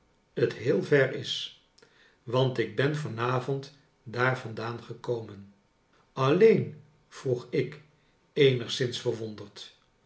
het heel ver is want ik ben van avond daar vandaan gekomen alleen vroeg ik eenigszins verwonderd